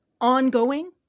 ongoing